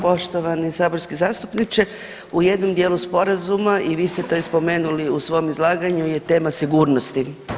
Poštovani saborski zastupniče, u jednom dijelu Sporazuma i vi ste to i spomenuli u svom izlaganju je tema sigurnosti.